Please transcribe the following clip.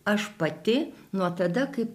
aš pati nuo tada kai